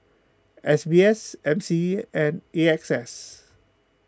S B S M C E and A X S